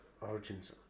Origins